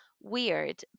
weird